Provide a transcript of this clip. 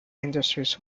industries